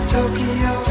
Tokyo